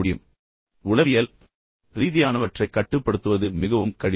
உடலியல் ரீதியானவற்றைக் காட்டிலும் உளவியல் ரீதியானவற்றைக் கட்டுப்படுத்துவது மிகவும் கடினம்